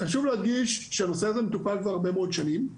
חשוב להדגיש שהנושא הזה מטופל כבר הרבה מאוד שנים,